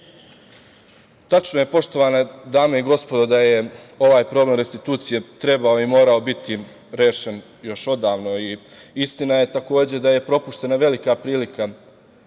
je, poštovane dame i gospodo, da je ovaj problem restitucije trebao i morao biti rešen još odavno. Istina je da je propuštena velika prilika